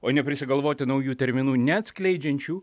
o ne prisigalvoti naujų terminų neatskleidžiančių